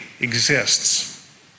exists